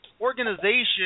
organization